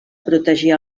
protegir